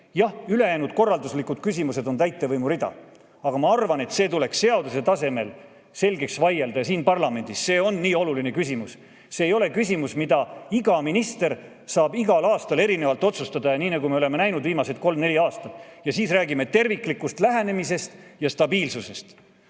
Jah, ülejäänud korralduslikud küsimused on täitevvõimu rida, aga ma arvan, et see tuleks seaduse tasemel selgeks vaielda ja seda siin parlamendis. See on nii oluline küsimus. See ei ole küsimus, mida iga minister saab igal aastal erinevalt otsustada, nii nagu me oleme näinud viimased kolm-neli aastat. Ja siis räägime terviklikust lähenemisest ja stabiilsusest!